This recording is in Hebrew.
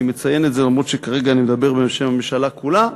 אני מציין את זה למרות שכרגע אני מדבר בשם הממשלה כולה.